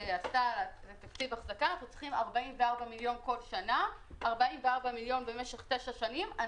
צריכים 44 מיליון כל שנה במשך תשע שנים.